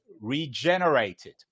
regenerated